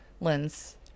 lens